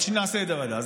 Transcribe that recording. נעשה את זה בוועדה.